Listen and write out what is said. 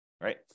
right